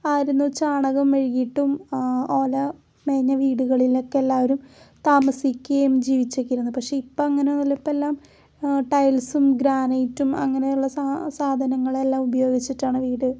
ആയിരുന്നു ചാണകം മെഴുകിയിട്ടും ഓല മേഞ്ഞ വീടുകളിലൊക്കെ എല്ലാവരും താമസിക്കുകയു ജീവിച്ചേക്കുന്നത് പക്ഷേ ഇപ്പം അങ്ങനെയൊന്നും അല്ല ഇപ്പം എല്ലാം ടൈൽസും ഗ്രാനൈറ്റും അങ്ങനെയുള്ള സാധനങ്ങളെല്ലാം ഉപയോഗിച്ചിട്ടാണ് വീട്